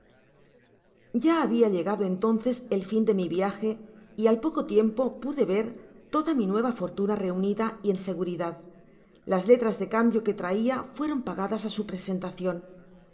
ya iiabia llegado entonces al fin de mi viaje y al poco tiempo pude ver toda mi nueva fortuna reunida y en seguridad las letras de cambio que traia fueron pagadas á su presentacion